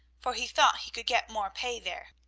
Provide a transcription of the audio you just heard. for he thought he could get more pay there.